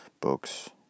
books